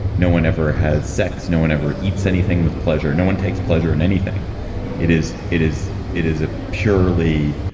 no one ever has sex. no one ever eats anything with pleasure. no one takes pleasure in anything it is it is it is a purely